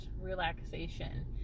relaxation